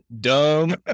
Dumb